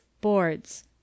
boards